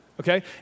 Okay